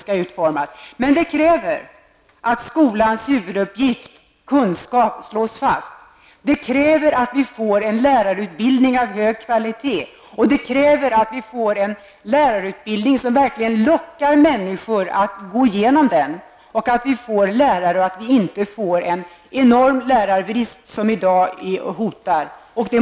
För att vi skall kunna uppnå detta krävs det att skolans huvuduppgift -- jag tänker då på detta med kunskapen -- slås fast. Vidare krävs det att vi får en lärarutbildning av hög kvalitet, en lärarutbildning som verkligen lockar människor att genomgå denna. Det gäller ju att vi får lärare till skolan. Det får inte vara den enorma brist på lärare som i dag hotar.